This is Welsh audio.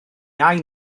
iau